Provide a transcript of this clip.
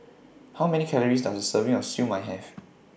How Many Calories Does A Serving of Siew Mai Have